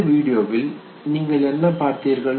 இந்த வீடியோவில் நீங்கள் என்ன பார்த்தீர்கள்